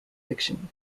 fiction